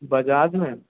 बजाज में